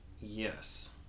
Yes